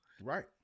Right